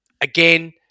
again